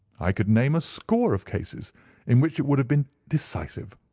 i could name a score of cases in which it would have been decisive.